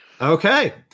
Okay